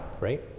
right